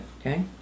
Okay